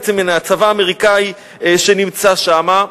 בעצם מהצבא האמריקני שנמצא שם,